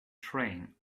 train